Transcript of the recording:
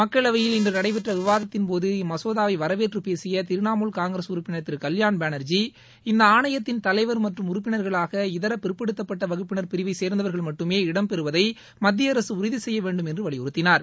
மக்களவையில் இன்று நடைபெற்ற விவாதத்தின் போது இம்மசோதாவை வரவேற்று பேசிய திரிணாமுல் காங்கிரஸ் உறுப்பினர் திரு கல்யாண் பானர்ஜி இந்த ஆணயைத்தின் தலைவர் மற்றும் உறுப்பினர்களாக இதரபிற்படுத்த பட்ட வகுப்பினர் பிரிவை சேர்ந்தவர்கள் மட்டுமே இடம் பெறுவதை மத்திய உறுதிசெய்யவேண்டும் என்று வலியுறுத்தினார்